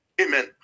amen